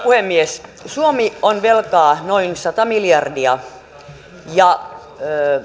puhemies suomi on velkaa noin sata miljardia ja